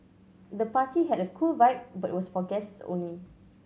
the party had a cool vibe but was for guests only